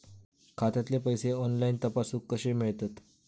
खात्यातले पैसे ऑनलाइन तपासुक कशे मेलतत?